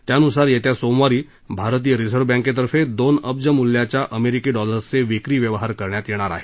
त्यान्सार सोमवारी रिझर्व्ह बँकेतो दोन अब्ज मूल्याच्या अमेरिकन डॉलर्सचे विक्री व्यवहार करण्यात येणार आहेत